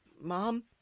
Mom